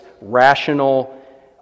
rational